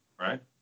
right